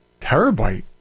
Terabyte